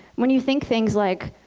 when you think things like,